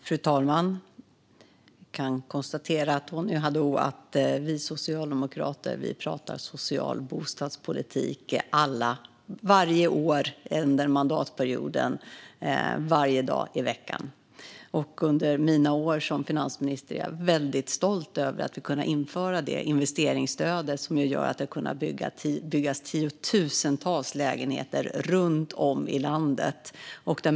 Fru talman! Jag kan konstatera för Tony Haddou att vi socialdemokrater pratar social bostadspolitik varje år under mandatperioden, varje dag i veckan. Jag är mycket stolt över att vi under de år jag har varit finansminister har infört det investeringsstöd som gör att det har varit möjligt att bygga tiotusentals lägenheter runt om i landet.